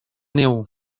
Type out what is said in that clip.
neu